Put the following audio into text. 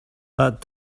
that